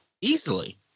Easily